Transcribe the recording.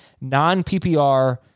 non-PPR